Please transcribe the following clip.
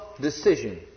decision